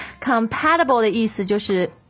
Compatible的意思就是